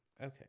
Okay